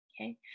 Okay